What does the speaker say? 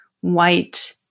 white